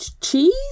cheese